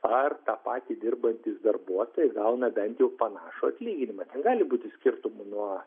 ar tą patį dirbantys darbuotojai gauna bent jau panašų atlyginimą ten gali būti skirtumų nuo